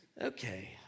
okay